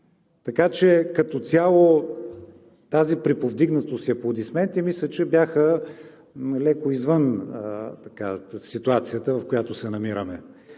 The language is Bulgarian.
Така че като цяло тази приповдигнатост и аплодисменти, мисля, че бяха леко извън ситуацията, в която се намираме.